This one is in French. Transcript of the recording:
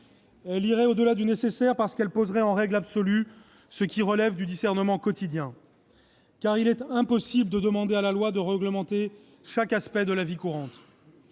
Elle irait au-delà du nécessaire, parce qu'elle poserait en règle absolue ce qui relève du discernement quotidien. Il est impossible de demander à la loi de réglementer chaque aspect de la vie courante